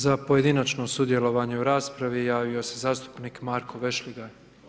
Za pojedinačno sudjelovanje u raspravi javio se zastupnik Marko Vešligaj.